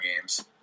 games